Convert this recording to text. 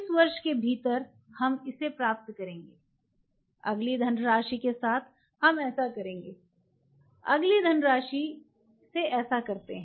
इस वर्ष के भीतर हम इसे प्राप्त करेंगे अगली धनराशि के साथ हम ऐसा करेंगे अगली धनराशि से ऐसा करते हैं